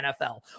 NFL